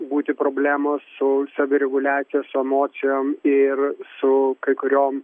būti problemos su savireguliacija su emocijom ir su kai kuriom